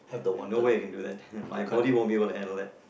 and no way I can to that my body won't be able to handle it